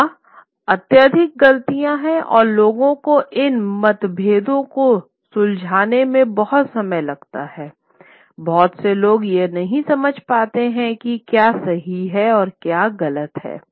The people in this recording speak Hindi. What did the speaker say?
वहां अत्यधिक ग़लतियाँ हैं और लोगों को इन मतभेदों को सुलझाने में बहुत समय लगता है बहुत से लोग यह नहीं समझ पाते हैं कि क्या सही है और क्या गलत है